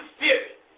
spirit